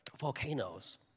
volcanoes